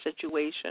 situation